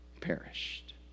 perished